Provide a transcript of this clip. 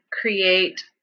create